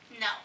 No